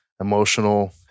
emotional